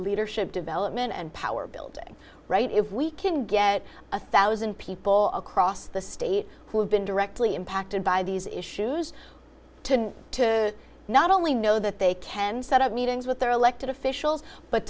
leadership development and power building right if we can get a thousand people across the state who have been directly impacted by these issues to not only know that they can set up meetings with their elected officials but